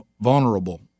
vulnerable